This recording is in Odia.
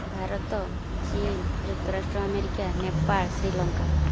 ଭାରତ ଚୀନ ଯୁକ୍ତରାଷ୍ଟ୍ର ଆମେରିକା ନେପାଳ ଶ୍ରୀଲଙ୍କା